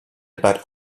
about